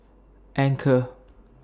Anchor